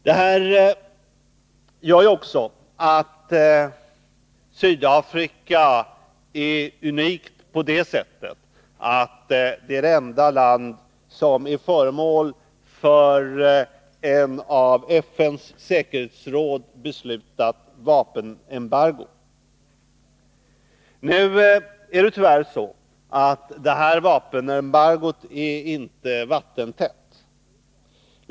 Detta gör också att Sydafrika är unikt på det sättet ått det är det enda land som är föremål för ett av FN:s säkerhetsråd beslutat vapenembargo. Nu är det tyvärr så att detta vapenembargo inte är vattentätt.